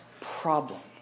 problem